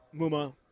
Muma